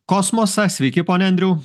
kosmosą sveiki pone andriau